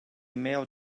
male